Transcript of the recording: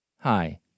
Hi